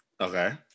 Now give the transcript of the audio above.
Okay